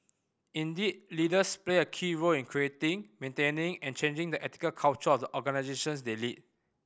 indeed leaders play a key role in creating maintaining and changing the ethical culture of the organisations they lead